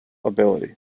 ability